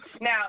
now